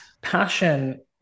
passion